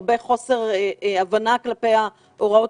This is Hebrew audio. הרבה חוסר הבנה כלפי ההוראות,